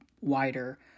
wider